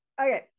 okay